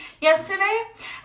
yesterday